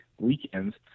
weekends